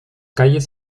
calles